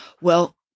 Well